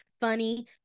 funny